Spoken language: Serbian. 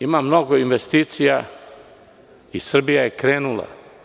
Ima mnogo investicija i Srbija je krenula.